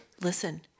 Listen